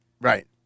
Right